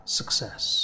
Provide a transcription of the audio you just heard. success